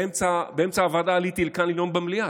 ובאמצע הוועדה עליתי לכאן לנאום במליאה.